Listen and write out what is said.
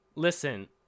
Listen